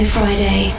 Friday